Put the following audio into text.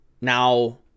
now